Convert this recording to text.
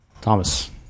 Thomas